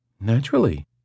naturally